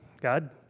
God